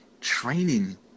training